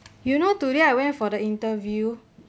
you know today I went for the interview